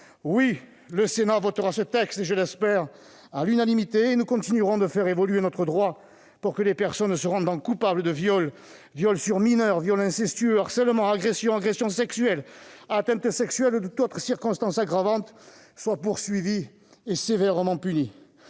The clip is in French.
oui, le Sénat votera ce texte, je l'espère à l'unanimité, et nous continuerons de faire évoluer notre droit pour que les personnes se rendant coupables de viol, de viol sur mineur, de viol incestueux, de harcèlement, d'agression, d'agression sexuelle, d'atteinte sexuelle ou d'acte justifiant toute autre circonstance aggravante soient poursuivies, et sévèrement punies.